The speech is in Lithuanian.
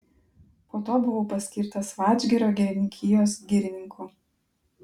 po to buvau paskirtas vadžgirio girininkijos girininku